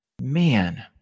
man